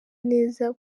neza